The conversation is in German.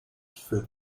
für